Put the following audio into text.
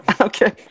Okay